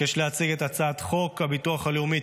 אבקש להציג את הצעת חוק הביטוח הלאומי,